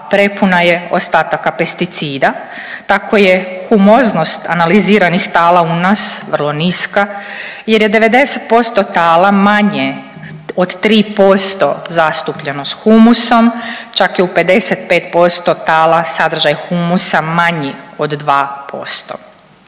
prepuna je ostataka pesticida. Tako je humoznost analiziranih tala u nas vrlo niska, jer je 90% tala manje od 3% zastupljenost humusom. Čak je u 55% tala sadržaj humusa manji od 2%.